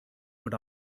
but